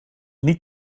niet